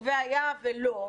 והיה ולא,